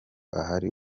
ahari